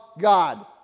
God